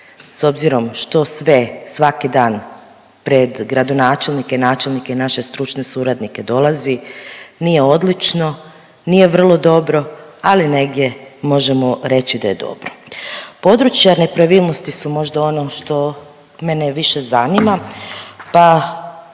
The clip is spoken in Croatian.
S obzirom što sve svaki dan pred gradonačelnike, načelnike i naše stručne suradnike dolazi nije odlično, nije vrlo dobro, ali negdje možemo reći da je dobro. Područja nepravilnosti su možda ono što mene više zanima, pa